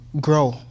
grow